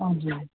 हजुर